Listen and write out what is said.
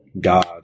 god